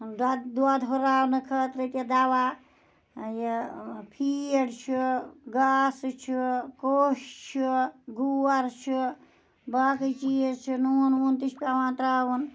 دۄد دۄد ہُراونہٕ خٲطرٕ ییٚکیٛاہ دَوا یہِ فیٖڈ چھُ گاسہٕ چھُ کوٚش چھُ گور چھُ باقٕے چیٖز چھِ نوٗن ووٗن تہِ چھِ پیٚوان ترٛاوُن